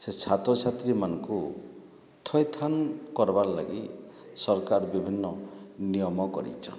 ସେ ଛ୍ରାତ ଛାତ୍ରୀ ମାନ୍ କୁ ଥଇଥାନ୍ କର୍ବାର୍ ଲାଗି ସରକାର୍ ବିଭିନ୍ନ ନିୟମ୍ କରିଛନ୍